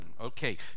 Okay